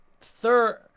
third